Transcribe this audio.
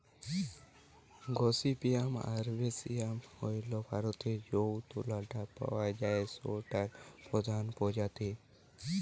gossypium arboreum হইল ভারতরে যৌ তুলা টা পাওয়া যায় সৌটার প্রধান প্রজাতি